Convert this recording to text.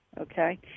Okay